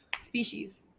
species